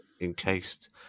encased